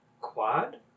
quad